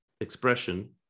expression